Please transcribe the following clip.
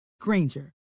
Granger